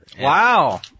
Wow